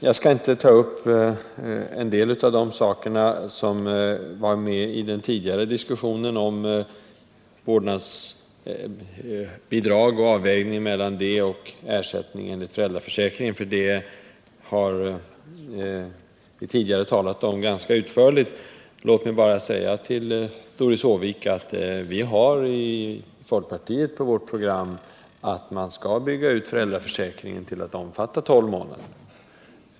Jag skall inte ännu en gång gå in på frågorna om vårdnadsbidraget och om avvägningen mellan detta och föräldraförsäkringen, eftersom dessa frågor redan har diskuterats ganska utförligt. Låt mig bara helt kort säga till Doris Håvik att folkpartiet har på sitt program en utbyggnad av föräldraförsäkringen till att omfatta tolv månader.